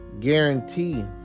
Guarantee